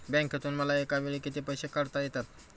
बँकेतून मला एकावेळी किती पैसे काढता येतात?